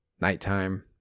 Nighttime